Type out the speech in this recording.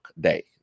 day